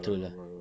petrol ah